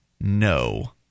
no